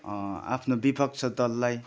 आफ्नो विपक्ष दललाई